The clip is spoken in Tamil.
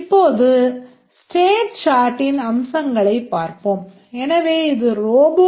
இப்போது ஸ்டேட் சார்டின் ஆகும்